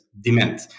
demand